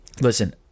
Listen